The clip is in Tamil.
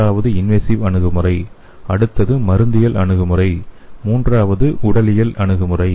முதலாவது இன்வேசிவ் அணுகுமுறை அடுத்தது மருந்தியல் அணுகுமுறை மற்றும் மூன்றாவது உடலியல் அணுகுமுறை